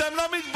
אתם לא מתביישים?